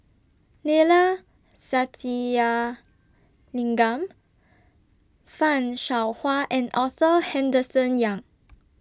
Neila Sathyalingam fan Shao Hua and Arthur Henderson Young